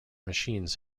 machines